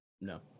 no